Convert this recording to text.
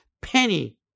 penny